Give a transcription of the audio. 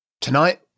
Tonight